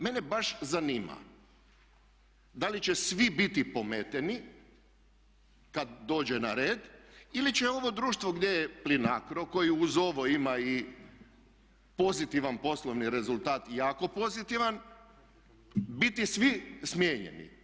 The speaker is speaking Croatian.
Mene baš zanima da li će svi biti pometeni kad dođe na red ili će ovo društvo gdje je Plinacro koji uz ovo ima i pozitivan poslovni rezultat jako pozitivan biti svi smijenjeni.